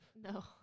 No